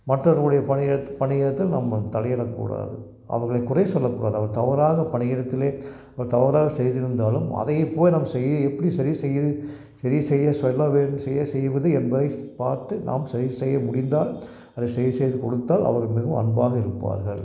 மற்றவர்களுடைய பணியிடத் பணியிடத்தில் நம்ம தலையிடக்கூடாது அவர்களைக் குறைச் சொல்லக்கூடாது அவர் தவறாகப் பணியிடத்தில் அவர் தவறாகச் செய்திருந்தாலும் அதையை போல நாம் செய்ய எப்படி சரி செய்கிறது சரி செய்யச் சொல்ல வேண்டும் சரியாக செய்வது என்பதைப் பார்த்து நாம் சரி செய்ய முடிந்தால் அதை சரி செய்து கொடுத்தால் அவர்கள் மிகவும் அன்பாக இருப்பார்கள்